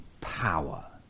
power